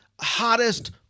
hottest